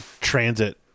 transit